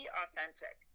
authentic